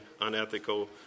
unethical